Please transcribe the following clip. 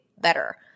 better